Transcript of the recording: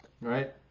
Right